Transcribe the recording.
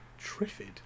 Triffid